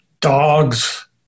dogs